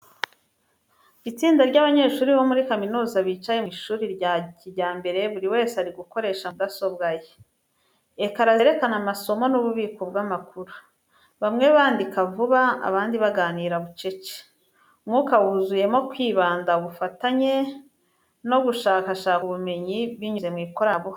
Itsinda ry’abanyeshuri bo muri kaminuza bicaye mu ishuri rya kijyambere, buri wese ari gukoresha mudasobwa ye. Ekara zerekana amasomo n’ububiko bw’amakuru. Bamwe bandika vuba, abandi baganira bucece. Umwuka wuzuyemo kwibanda, ubufatanye, no gushakashaka ubumenyi binyuze mu ikoranabuhanga.